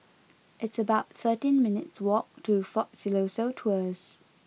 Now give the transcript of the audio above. it's about thirteen minutes' walk to Fort Siloso Tours